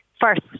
first